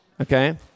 Okay